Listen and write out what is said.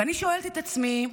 ואני שואלת את עצמי,